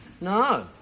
No